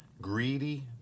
greedy